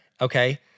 Okay